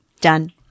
Done